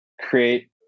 create